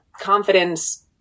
confidence